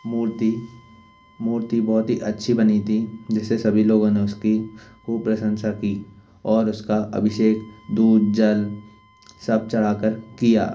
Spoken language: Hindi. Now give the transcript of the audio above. मूर्ति मूर्ति बहुत ही अच्छी बनी थी जिससे सभी लोगों ने उसकी ख़ूब प्रशंसा की और उसका अभिषेक दूध जल सब चढ़ा कर किया